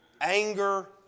anger